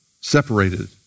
separated